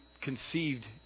conceived